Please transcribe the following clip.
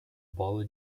bola